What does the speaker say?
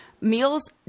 Meals